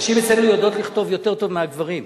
הנשים אצלנו יודעות לכתוב יותר טוב מהגברים,